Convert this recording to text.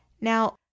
now